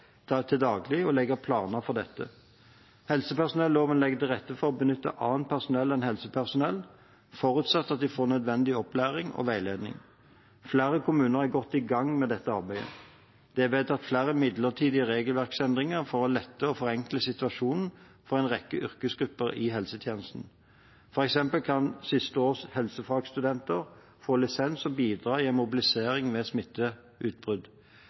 til daglig, og legge planer for dette. Helsepersonelloven legger til rette for å benytte annet personell enn helsepersonell, forutsatt at de får nødvendig opplæring og veiledning. Flere kommuner er godt i gang med dette arbeidet. Det er vedtatt flere midlertidige regelverksendringer for å lette og forenkle situasjonen for en rekke yrkesgrupper i helsetjenesten. For eksempel kan siste års helsefagstudenter få lisens og bidra i en mobilisering ved smitteutbrudd.